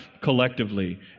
collectively